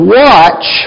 watch